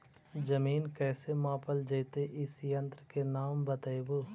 जमीन कैसे मापल जयतय इस यन्त्र के नाम बतयबु?